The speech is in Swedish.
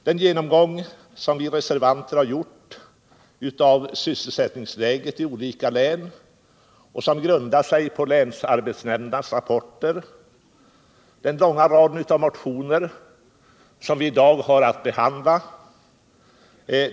Den genomgång som vi reservanter har gjort av sysselsättningsläget i olika län och som grundar sig på länsarbetsnämndernas rapporter. 2. Den långa raden av motioner vi i dag har att behandla. 3.